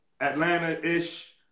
Atlanta-ish